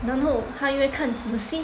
然后他又在看仔细